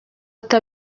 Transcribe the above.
ati